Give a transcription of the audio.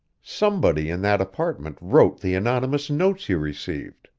somebody in that apartment wrote the anonymous notes you received.